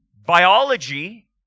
biology